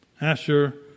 Asher